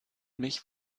mich